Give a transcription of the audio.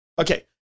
Okay